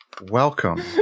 Welcome